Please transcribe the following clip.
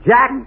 Jack